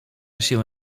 się